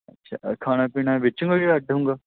ਅੱਛਾ ਖਾਣਾ ਪੀਣਾ ਵਿੱਚ ਹੋਵੇਗਾ ਅੱਡ ਹੋਊਂਗਾ